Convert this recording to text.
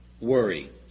worry